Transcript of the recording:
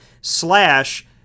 slash